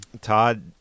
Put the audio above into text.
Todd